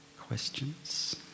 questions